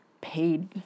paid